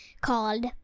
called